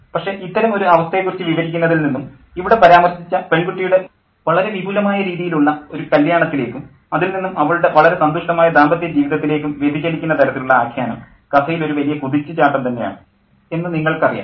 പക്ഷേ ഇത്തരം ഒരു അവസ്ഥയെക്കുറിച്ച് വിവരിക്കുന്നതിൽ നിന്നും ഇവിടെ പരാമർശിച്ച പെൺകുട്ടിയുടെ വളരെ വിപുലമായ രീതിയിലുള്ള ഒരു കല്യാണത്തിലേക്കും അതിൽ നിന്നും അവളുടെ വളരെ സന്തുഷ്ടമായ ദാമ്പത്യ ജീവിതത്തിലേക്കും വ്യതിചലിക്കുന്ന തരത്തിലുള്ള ആഖ്യാനം കഥയിൽ ഒരു വലിയ കുതിച്ചുചാട്ടം തന്നെയാണ് എന്നു നിങ്ങൾക്കറിയാം